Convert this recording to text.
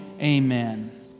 amen